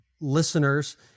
listeners